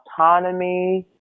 autonomy